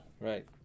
right